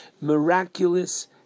miraculous